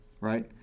right